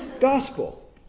gospel